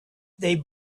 they